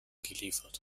geliefert